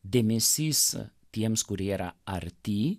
dėmesys tiems kurie yra arti